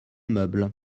meuble